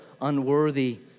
unworthy